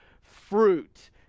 fruit